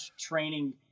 training